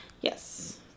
Yes